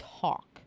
talk